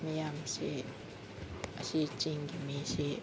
ꯃꯤꯌꯥꯝꯁꯤ ꯑꯁꯤ ꯆꯤꯉꯒꯤ ꯃꯤꯁꯤ